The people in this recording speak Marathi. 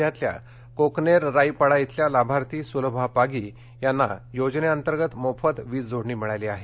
जिल्ह्यातल्या कोकनेर राई पाडा इथल्या लाभार्थी सुलभा पागी यांना योजनेअंतर्गत मोफत वीज जोडणी मिळाली आहे